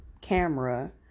camera